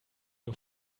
nur